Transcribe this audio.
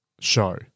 show